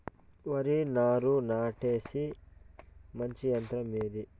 వరి నారు నాటేకి మంచి యంత్రం ఏది?